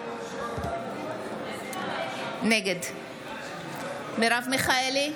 נגד מרב מיכאלי,